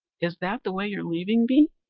is that the way you're leaving me?